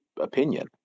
opinion